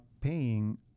paying